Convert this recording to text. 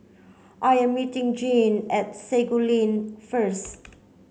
I am meeting Jeanne at Sago Lane first